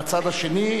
בצד השני,